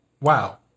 wow